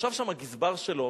ישב שם הגזבר שלו,